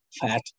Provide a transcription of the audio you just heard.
fat